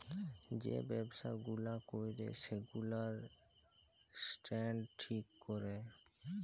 যে ব্যবসা গুলা ক্যরে সেগুলার স্ট্যান্ডার্ড ঠিক ক্যরে